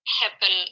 happen